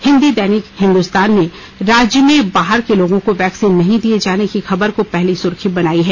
हिन्दी दैनिक हिंदुस्तान ने राज्य में बाहर के लोगों को वैक्सीन नहीं दिये जाने की खबर को पहली सुर्खी बनाया है